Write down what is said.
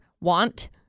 want